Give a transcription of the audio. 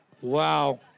Wow